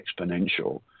exponential